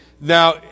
now